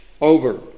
over